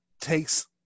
takes